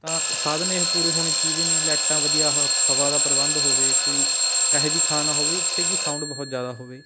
ਤਾਂ ਸਾਧਨ ਇਹ ਪੂਰੇ ਹੋਣੇ ਚਾਹੀਦੇ ਨੇ ਲੈਟਾਂ ਵਧੀਆ ਹ ਹਵਾ ਦਾ ਪ੍ਰਬੰਧ ਹੋਵੇ ਕੋਈ ਇਹੋ ਜਿਹੀ ਥਾਂ ਨਾ ਹੋਵੇ ਜਿੱਥੇੇ ਕਿ ਸਾਊਂਡ ਬਹੁਤ ਜ਼ਿਆਦਾ ਹੋਵੇ